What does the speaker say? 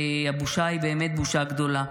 והבושה היא באמת בושה גדולה.